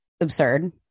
absurd